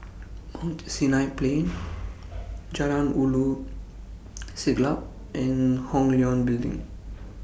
Mount Sinai Plain Jalan Ulu Siglap and Hong Leong Building